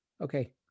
Okay